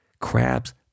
crabs